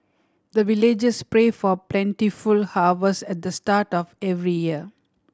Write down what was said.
the villagers pray for plentiful harvest at the start of every year